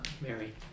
Mary